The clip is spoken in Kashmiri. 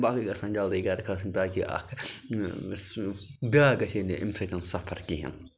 باقٕے گژھَن جلدی گَرٕ کھسٕنۍ تاکہِ اَکھ سُہ بیٛاکھ گژھے نہٕ اَمہِ سۭتۍ سفر کِہیٖنۍ